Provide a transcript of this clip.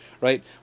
right